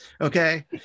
Okay